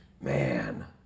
Man